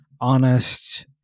honest